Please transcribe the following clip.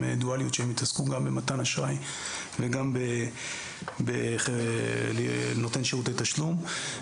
דואליות שהם יתעסקו גם במתן אשראי וגם נותן שירותי תשלום.